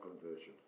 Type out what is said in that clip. conversion